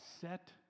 set